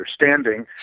understanding